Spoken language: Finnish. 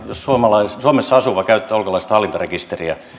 jos suomessa asuva käyttää ulkolaista hallintarekisteriä